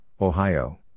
Ohio